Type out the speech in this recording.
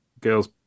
girls